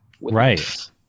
right